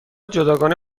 جداگانه